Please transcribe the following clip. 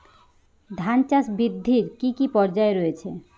ধান চাষ বৃদ্ধির কী কী পর্যায় রয়েছে?